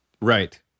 Right